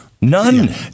none